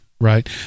right